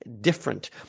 different